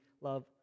love